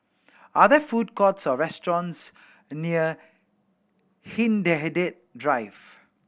are there food courts or restaurants near Hindhede Drive